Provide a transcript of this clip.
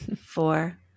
four